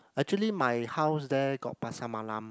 actually my house there got Pasar-Malam